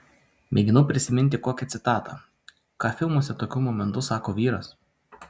mėginau prisiminti kokią citatą ką filmuose tokiu momentu sako vyras